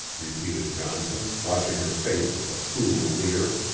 repeated johnson, watching her face with a cruel leer.